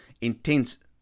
intense